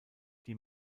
die